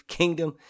kingdom